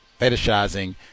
fetishizing